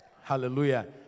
Hallelujah